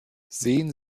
sehen